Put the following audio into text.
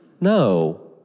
No